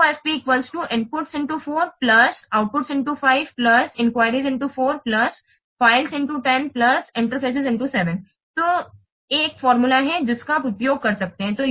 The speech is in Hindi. UFP inputs4 outputs5 inquiries4 files10 interfaces7 तो एक सूत्र है जिसका आप उपयोग कर सकते हैं